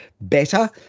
better